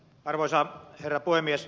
arvoisa herra puhemies